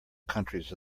countries